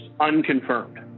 unconfirmed